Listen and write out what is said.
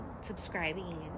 subscribing